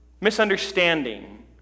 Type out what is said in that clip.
misunderstanding